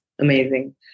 Amazing